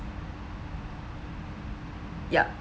ya